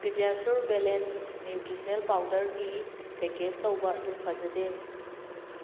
PediaSure balance nutritional ꯄꯥꯎꯗꯔꯒꯤ package ꯇꯧꯕ ꯑꯗꯨ ꯐꯖꯗꯦ